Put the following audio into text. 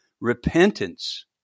repentance